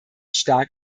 stark